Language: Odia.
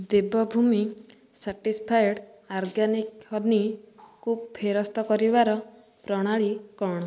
ଦେବଭୂମି ସାର୍ଟିସଫାଏଡ଼୍ ଅର୍ଗାନିକ୍ ହନି କୁ ଫେରସ୍ତ କରିବାର ପ୍ରଣାଳୀ କ'ଣ